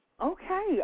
okay